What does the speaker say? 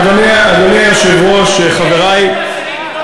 אדוני היושב-ראש, חברי, יש, אסירים או לא יהיה?